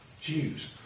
Jews